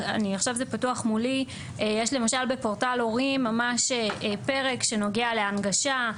זה פתוח מולי עכשיו למשל בפורטל הורים יש ממש פרק שנוגע להנגשה,